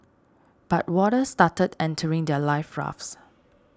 but water started entering their life rafts